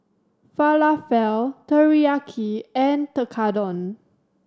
Falafel Teriyaki and Tekkadon